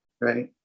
right